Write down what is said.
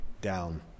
down